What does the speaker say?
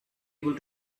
able